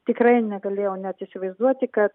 tikrai negalėjau net įsivaizduoti kad